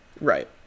Right